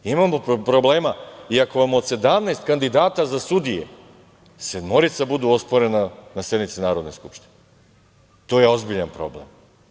Imamo problema i ako vam od 17 kandidata za sudije sedmorica budu osporena na sednici Narodne skupštine to je ozbiljan problem.